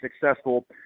successful